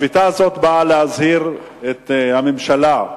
השביתה הזאת באה להזהיר את הממשלה,